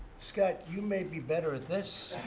scott, you may be better at this.